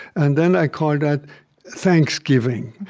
and then i call that thanksgiving.